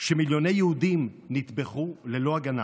שמיליוני יהודים נטבחו ללא הגנה.